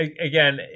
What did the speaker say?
again